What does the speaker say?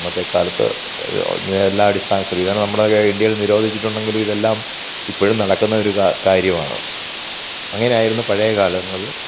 ഇന്നത്തെ കാലത്ത് ഇതെല്ലാം അടിസ്ഥാനം സ്ത്രീധനം നമ്മുടെ ഇന്ത്യയിൽ നിരോധിച്ചിട്ടുണ്ടെങ്കിലും ഇതെല്ലാം ഇപ്പോഴും നടക്കുന്നൊരു കാര്യമാണ് അങ്ങനെയായിരുന്നു പഴയ കാലങ്ങൾ